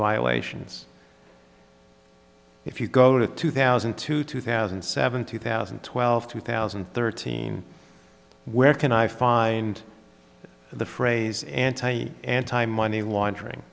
violations if you go to two thousand and two two thousand and seven two thousand and twelve two thousand and thirteen where can i find the phrase anti anti money laundering